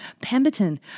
Pemberton